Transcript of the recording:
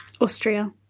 Austria